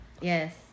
Yes